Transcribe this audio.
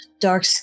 Dark